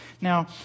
Now